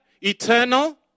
eternal